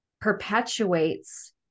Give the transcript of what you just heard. perpetuates